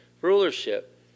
rulership